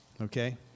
okay